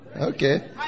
Okay